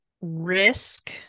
risk